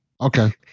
Okay